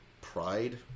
pride